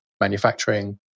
Manufacturing